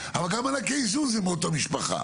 אבל גם מענקי איזון זה מאותה משפחה,